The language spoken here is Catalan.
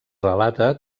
relata